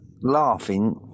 laughing